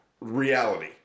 reality